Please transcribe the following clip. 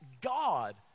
God